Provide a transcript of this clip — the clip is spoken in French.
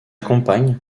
compagne